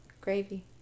gravy